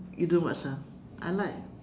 you don't watch ah I like